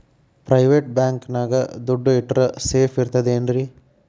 Private bank ನ್ಯಾಗ್ ದುಡ್ಡ ಇಟ್ರ ಸೇಫ್ ಇರ್ತದೇನ್ರಿ?